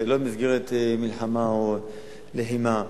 ולא במסגרת מלחמה או לחימה,